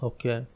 Okay